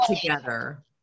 together